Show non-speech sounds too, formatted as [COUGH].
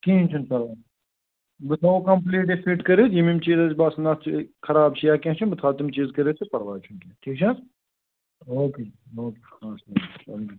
کہیٖنۍ چھُنہٕ پَرواے بہٕ تھاوو کَمپٕلیٖٹ یہِ فِٹ کٔرِتھ یِم یِم چیٖز اسہِ باسَن اَتھ چھِ خراب چھِ یا کیٚنٛہہ چھِ بہٕ تھاو تِم چیٖز کٔرِتھ تہٕ پَرواے چھُنہٕ کیٚنٛہہ ٹھیٖک چھا او کے جی او کے [UNINTELLIGIBLE]